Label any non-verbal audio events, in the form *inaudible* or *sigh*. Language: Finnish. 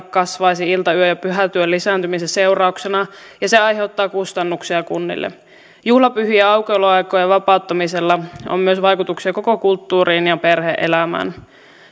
*unintelligible* kasvaisi ilta yö ja pyhätyön lisääntymisen seurauksena ja se aiheuttaa kustannuksia kunnille juhlapyhien aukioloaikojen vapauttamisella on vaikutuksia myös koko kulttuuriin ja perhe elämään